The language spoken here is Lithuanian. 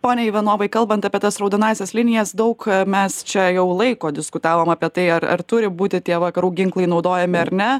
pone ivanovai kalbant apie tas raudonąsias linijas daug mes čia jau laiko diskutavom apie tai ar turi būti tie vakarų ginklai naudojami ar ne